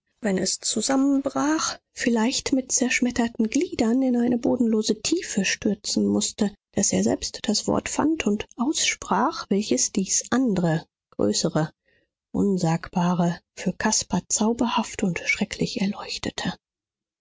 wenn es zusammenbrach vielleicht mit zerschmetterten gliedern in eine bodenlose tiefe stürzen mußte daß er selbst das wort fand und aussprach welches dies andre größere unsagbare für caspar zauberhaft und schrecklich erleuchtete